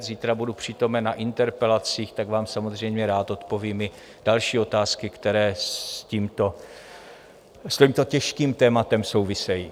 Zítra budu přítomen na interpelacích, tak vám samozřejmě rád zodpovím i další otázky, které s tímto těžkým tématem souvisejí.